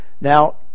Now